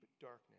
darkness